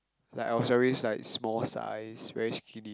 like I was very like small sized very skinny